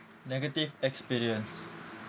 negative experience